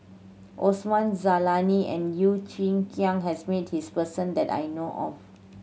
Osman Zailani and Yeo Chee Kiong has met this person that I know of